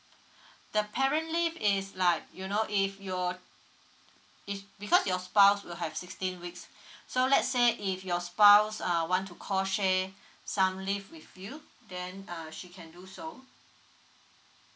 the parent leave is like you know if you're if because your spouse will have sixteen weeks so let's say if your spouse uh want to co share some leave with you then uh she can do so